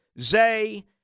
Zay